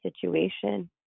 situation